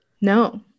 No